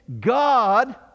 God